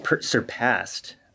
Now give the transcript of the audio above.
surpassed